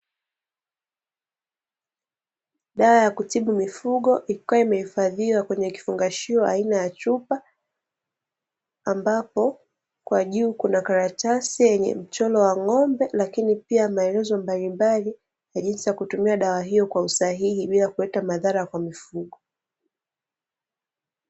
Dawa ya kutibu mifugo ikiwa imehifadhiwa kwenye kifungashio aina ya chupa, ambapo kwa juu kuna karatasi yenye mchoro wa ng'ombe, lakini pia maelezo mbalimbali ya jinsi ya kutumia dawa hiyo kwa usahihi bila kuleta madhara kwa mifugo.